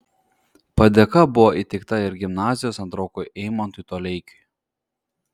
padėka buvo įteikta ir gimnazijos antrokui eimantui toleikiui